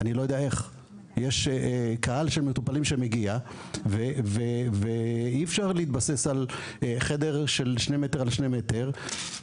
יש קהל מטופלים שמגיע ואי אפשר להתבסס על חדר של שני מטר על שני מטר.